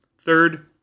Third